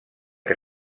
que